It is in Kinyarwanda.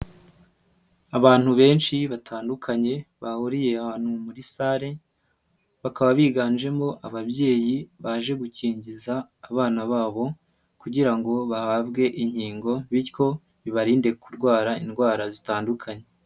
Abantu benshi batandukanye bahuriye ahantu muri sale, bakaba biganjemo ababyeyi baje gukingiza abana babo kugira ngo bahabwe inkingo, bityo bibarinde kurwara indwara zitandukanye.